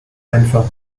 einfach